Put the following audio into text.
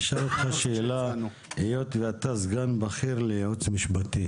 אשאל אותך שאלה, היות שאתה סגן בכיר ליועץ המשפטי